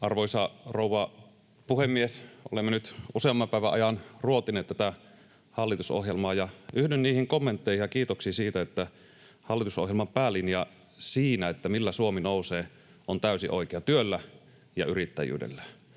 Arvoisa rouva puhemies! Olemme nyt useamman päivän ajan ruotineet tätä hallitusohjelmaa, ja yhdyn niihin kommentteihin ja kiitoksiin siitä, että hallitusohjelman päälinja siinä, millä Suomi nousee, on täysin oikea: työllä ja yrittäjyydellä.